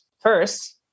first